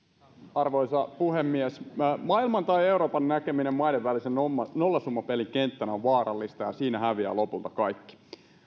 arvoisa puhemies maailman tai euroopan näkeminen maiden välisen nollasummapelin kenttänä on vaarallista ja siinä häviävät lopulta kaikki